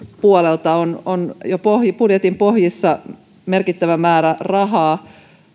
puolelta on on jo budjetin pohjissa merkittävä määrä rahaa